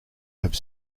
have